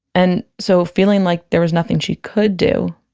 and so feeling like there was nothing she could do,